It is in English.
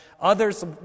Others